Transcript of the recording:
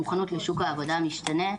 המוכנות לשוק העבודה המשתנה.